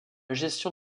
gestion